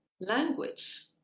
language